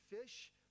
fish